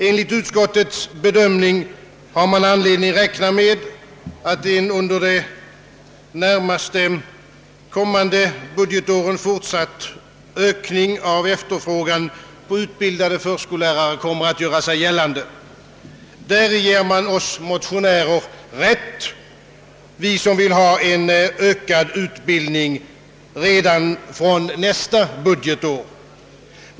Enligt utskottets bedömning finns det anledning räkna med en under de närmast kommande budgetåren fortsatt ökning av efterfrågan på utbildade för skollärare, Häri ger utskottet oss motionärer rätt; vi vill ju ha en ökad utbildning redan från nästa budgetår.